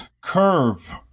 Curve